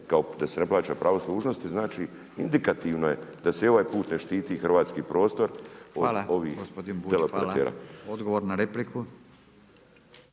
kao da se ne plaća pravo služnosti. Znači indikativno je da se i ovaj put ne štiti hrvatski prostor … **Radin, Furio (Nezavisni)** Hvala gospodin Bulj, hvala. Odgovor na repliku.